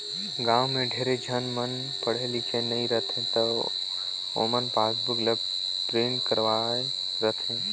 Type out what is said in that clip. गाँव में ढेरे झन मन पढ़े लिखे नई रहें त ओमन पासबुक ल प्रिंट करवाये रथें